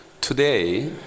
Today